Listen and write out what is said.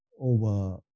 over